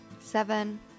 seven